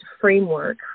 framework